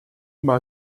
mal